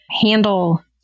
handle